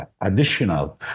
additional